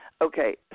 Okay